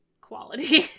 quality